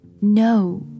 No